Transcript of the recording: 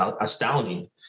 astounding